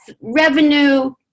Revenue